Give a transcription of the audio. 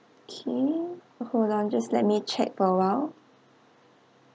okay hold on just let me check for a while